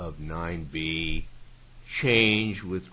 nine be changed with